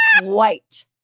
white